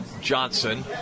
Johnson